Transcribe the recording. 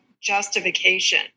justification